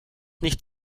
nicht